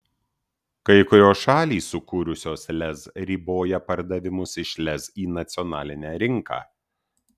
kai kurios šalys sukūrusios lez riboja pardavimus iš lez į nacionalinę rinką